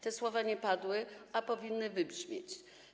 Te słowa nie padły, a powinny wybrzmieć.